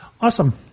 Awesome